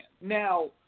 Now